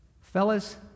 fellas